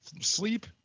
Sleep